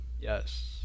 Yes